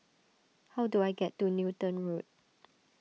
how do I get to Newton Road